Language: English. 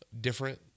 Different